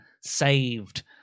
saved